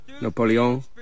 Napoleon